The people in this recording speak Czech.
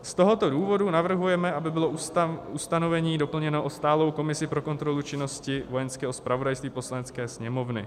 Z tohoto důvodu navrhujeme, aby bylo ustanovení doplněno o stálou komisi pro kontrolu činnosti Vojenského zpravodajství Poslanecké sněmovny.